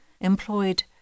employed